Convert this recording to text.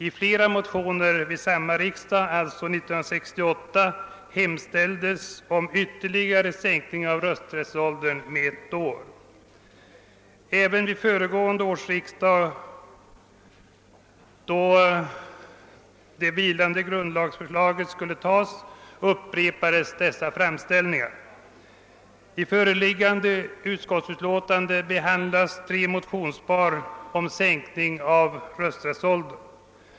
I flera motioner till 1968 års riksdag hemställdes om ytterligare sänkning av rösträttsåldern med ett år. Även vid föregående års riksdag, då det vilande grundlagsförslaget skulle tas, upprepades dessa framställningar. I föreliggande utskottsutlåtande behandlas tre motionspar om sänkning av rösträttsåldern.